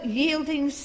yielding